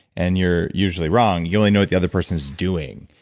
and you're usually wrong you only know what the other person's doing.